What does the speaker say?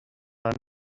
same